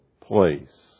place